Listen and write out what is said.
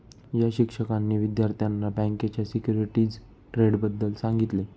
या शिक्षकांनी विद्यार्थ्यांना बँकेच्या सिक्युरिटीज ट्रेडबद्दल सांगितले